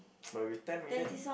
but with ten million